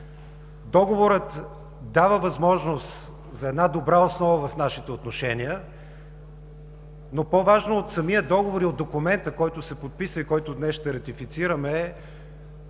Договорът дава възможност за една добра основа в нашите отношения, но по-важно от самия Договор и от документа, който се подписа и който днес ще ратифицираме, е